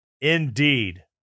Indeed